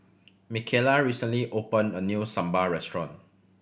Michaela recently opened a new sambal restaurant